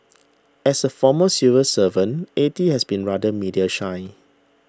as a former civil servant A T has been rather media shy